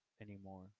anymore